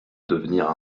devenir